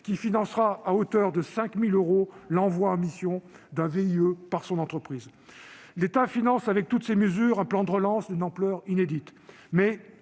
qui financera à hauteur de 5 000 euros l'envoi en mission d'un VIE par son entreprise. L'État finance avec toutes ces mesures un plan de relance d'une ampleur inédite,